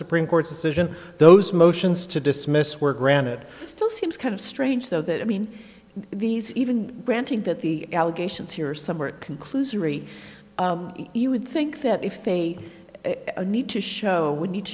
supreme court's decision those motions to dismiss were granted it still seems kind of strange though that i mean these even granting that the allegations here somewhere it conclusory you would think that if they need to show we need